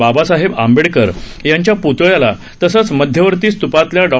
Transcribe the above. बाबासाहेब आंबेडकर यांच्या प्तळ्याला तसेच मध्यवर्ती स्त्पातल्या डॉ